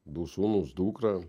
du sūnūs dukrą